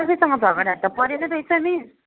कसैसँग झगडा त परेन त्यही त मिस